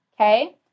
okay